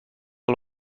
wel